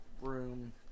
room